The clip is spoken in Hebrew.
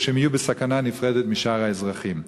כשהם יהיו בסכנה נפרדת משאר האזרחים.